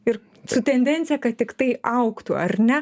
ir su tendencija kad tiktai augtų ar ne